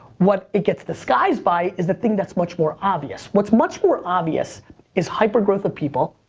what it gets disguised by is the thing that's much more obvious. what's much more obvious is hyper growth of people,